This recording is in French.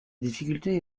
difficultés